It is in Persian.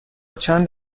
چند